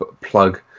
plug